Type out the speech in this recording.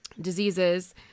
diseases